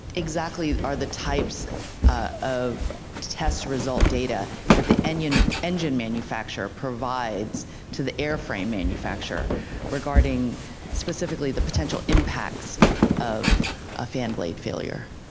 exactly are the types of test result data that the engine engine manufacturer provides to the airframe manufacturer regarding specifically the potential impacts of a fan blade failure?